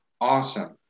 awesome